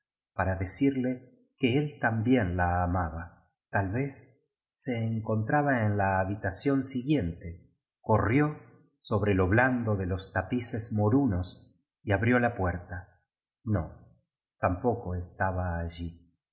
para decirle que él también la amaba tal vez se encontraba en la habitación siguiente v corrió sóbrelo blando de los tapices morunos y abrió la puerta no tampoco estaba allí